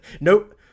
Nope